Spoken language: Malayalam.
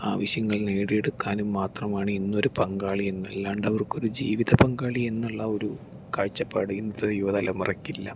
ആവശ്യങ്ങൾ നേടിയെടുക്കാനും മാത്രമാണ് ഇന്നൊരു പങ്കാളി എന്നല്ലാണ്ട് അവർക്കൊരു ജീവിതപങ്കാളി എന്നുള്ള ഒരു കാഴ്ചപ്പാട് ഇന്നത്തെ യുവതലമുറക്കില്ല